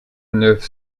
neuf